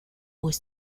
aux